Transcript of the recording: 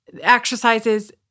exercises